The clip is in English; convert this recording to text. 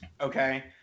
okay